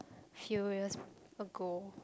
few years ago